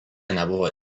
nebuvo